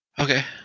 Okay